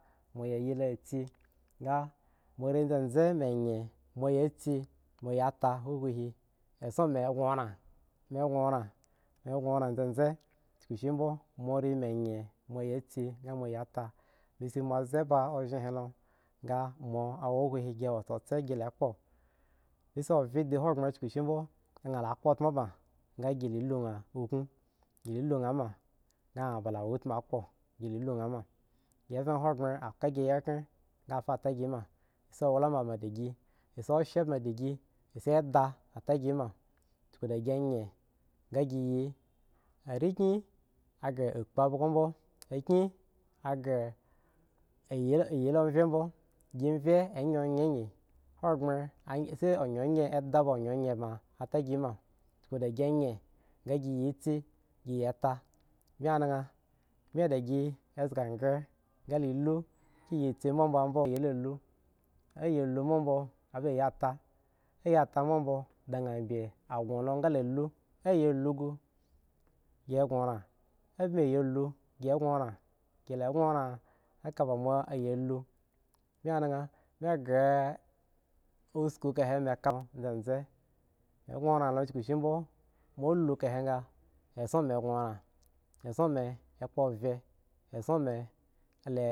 Moye yilo si ga mo reluw zeze mi yen mo si mo ya ta esson ma ghon oren mu ghon oran zeze kushi bimo more mi yen bi mo ye ta mobzebe oggen he lo gi wo ssa gi la kpo mi ovye de ohaghre kashi bmo anyem lo kpo otom ban ga gi la ma akan gi lo ana ma aka otam la kpo give hogbre aka gi ayikyen ga fa ta gi ma shi nuda ma dagi oshen ban da gi se da ta gi ma kuk da gi yen ga gi yi are ken a gre akpo a bogo bmo aken yi love bmo ge vye ge ma kukda gi yen ga gi yi are ken a ge akpo a bogo bmo aken yi love bmo age vge ge yen yen agi ohagbren shi ada yen yen a ge ma kuk de gi yen gi si gi ya ta ami anen mi di zga gri ga da ga lu awo si bmo ga gi yen lo lu a yo lu bmo ba yi ta bimo da yana gho lo ga daya la aya la gu gi gho oran a yi lo gi mi gre asko a vehe mi ka more zeze mi ghon oran kushi bmo mi la ka he ge esso mi ghon oran esson mi akpo ovye seem elli.